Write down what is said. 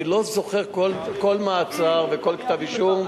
אבל אני לא זוכר כל מעצר וכל כתב אישום.